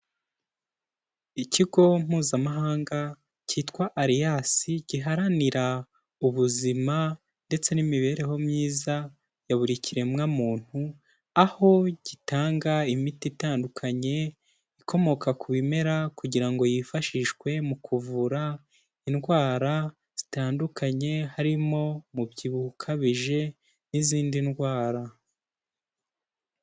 Ikigo mpuzamahanga kitwa, Aliyansi giharanira ubuzima ndetse n'imibereho myiza ya buri kiremwa muntu, aho gitanga imiti itandukanye, ikomoka ku bimera, kugira ngo yifashishwe mu kuvura indwara zitandukanye, harimo umubyibuho ukabije n'izindi ndwara.